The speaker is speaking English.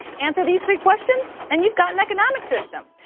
answer these three questions and you've got an economic system!